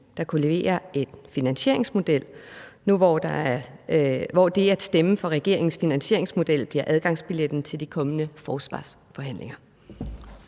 der kunne levere en finansieringsmodel nu, hvor det at stemme for regeringens finansieringsmodel bliver adgangsbilletten til de kommende forsvarsforhandlinger?